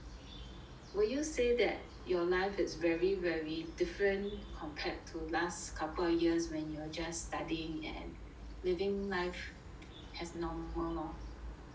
will you say that your life it's very very different compared to last couple of years when you're just studying and living life as normal lor